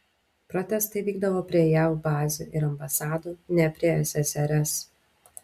protestai vykdavo prie jav bazių ir ambasadų ne prie ssrs